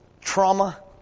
trauma